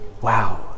Wow